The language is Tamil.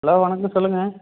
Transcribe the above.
ஹலோ வணக்கங்க சொல்லுங்க